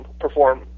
perform